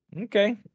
Okay